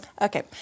Okay